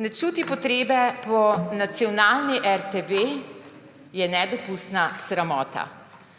ne čuti potrebe po nacionalni RTV, je nedopustna sramota.